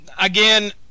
Again